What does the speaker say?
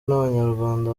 n’abanyarwanda